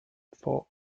four